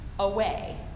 Away